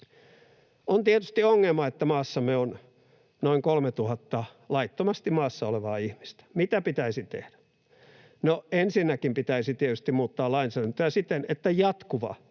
On tietysti ongelma, että maassamme on noin 3 000 laittomasti maassa olevaa ihmistä. Mitä pitäisi tehdä? No, ensinnäkin pitäisi tietysti muuttaa lainsäädäntöä siten, että jatkuva